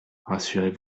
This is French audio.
rassurez